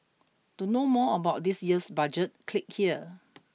to know more about this year's Budget click here